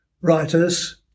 writers